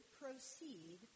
proceed